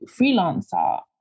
freelancer